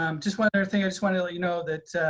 um just one other thing i just wanna let you know that